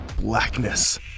Blackness